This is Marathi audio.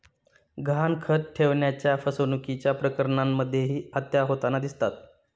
गहाणखत ठेवण्याच्या फसवणुकीच्या प्रकरणांमध्येही हत्या होताना दिसतात